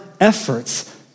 efforts